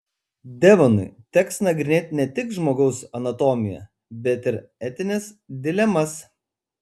devonui teks nagrinėti ne tik žmogaus anatomiją bet ir etines dilemas